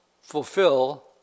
Fulfill